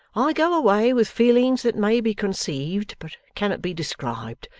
i go away with feelings that may be conceived but cannot be described,